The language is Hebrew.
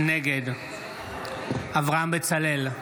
נגד אברהם בצלאל,